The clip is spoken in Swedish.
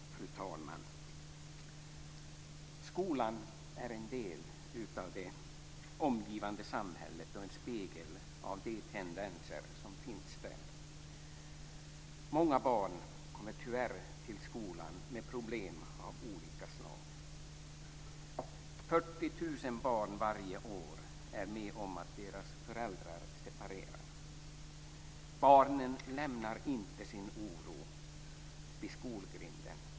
Fru talman! Skolan är en del av det omgivande samhället och en spegel av de tendenser som finns där. Många barn kommer tyvärr till skolan med problem av olika slag. 40 000 barn är varje år med om att deras föräldrar separerar. Barnen lämnar inte sin oro vid skolgrinden.